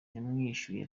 yamwishuye